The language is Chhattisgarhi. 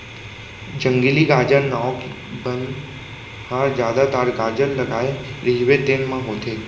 जंगली गाजर नांव के बन ह जादातर गाजर लगाए रहिबे तेन म होथे